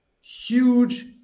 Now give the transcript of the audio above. huge